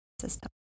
system